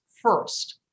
first